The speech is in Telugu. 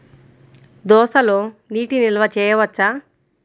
దోసలో నీటి నిల్వ చేయవచ్చా?